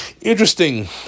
interesting